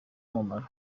umumaro